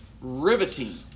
riveting